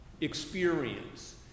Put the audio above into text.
experience